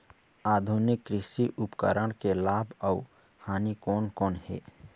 आधुनिक कृषि उपकरण के लाभ अऊ हानि कोन कोन हे?